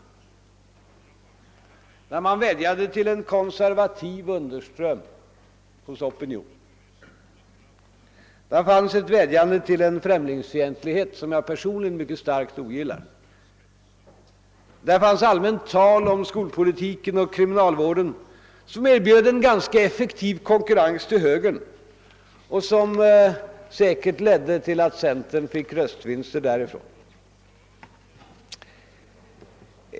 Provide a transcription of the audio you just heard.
Man vädjade nämligen till en konservativ underström hos opinionen. Där fanns en appell till en främlingsfientlighet, som jag personligen mycket starkt ogillar. Där fanns allmänt tal om skolpolitiken och kriminalvården som erbjöd en ganska effektiv konkurrens till moderata samlingspartiets argumentation och som säkerligen ledde till att centerpartiet fick röstvinster från detta håll.